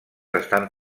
estan